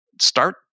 start